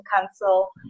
Council